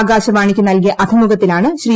ആകാശവാണിക്ക് നൽകിയ അഭിമുഖത്തിലാണ് ശ്രീ